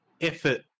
effort